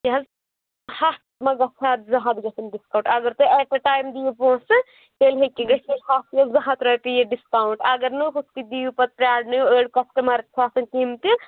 یہِ حظ ہتھ گژھان زٕ ہتھ گَژھان ڈِسکاوُنٛٹ اگر تُہۍ ایٚٹ اَےٚ ٹایم دِیِو پۅنٛسہٕ تیٚلہِ ہیٚکہِ گٔژھِتھ ہتھ یا زٕ ہتھ رۄپیہِ یہِ ڈِسکاوُنٛٹ اگر نہٕ ہُتھٕ پٲٹھۍ دِیِو پَتہٕ پرٛارنٲوِو أڑۍ کَسٹٕمَر چھِ آسان تِم تہِ